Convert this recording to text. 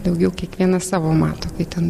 daugiau kiekvienas savo mato kai ten